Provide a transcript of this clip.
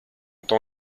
été